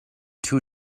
too